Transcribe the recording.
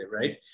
right